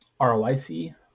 ROIC